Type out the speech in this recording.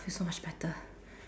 feel so much better